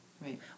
Right